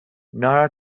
nara